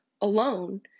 alone